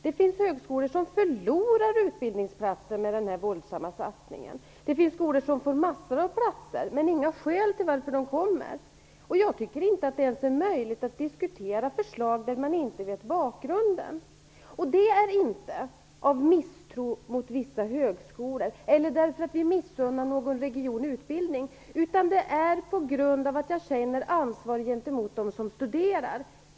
Det finns högskolor som förlorar utbildningsplatser genom denna våldsamma satsning. Det finns skolor som får mängder av platser, men det presenteras inga skäl till varför dessa inrättas. Jag tycker inte att det ens är möjligt att diskutera förslag som man inte vet bakgrunden till. Det är inte av misstro mot vissa högskolor eller därför att vi missunnar någon region utbildning, utan det är på grund av att jag känner ansvar gentemot dem som studerar.